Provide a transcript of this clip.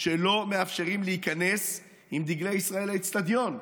שלא מאפשרים להיכנס עם דגלי ישראל לאצטדיון.